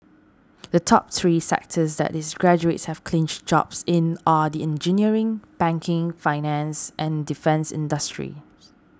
the top three sectors that its graduates have clinched jobs in are the engineering banking finance and defence industries